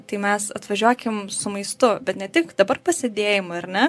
tai mes atvažiuokim su maistu bet ne tik dabar pasėdėjimui ar ne